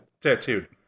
Tattooed